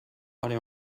aller